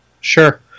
Sure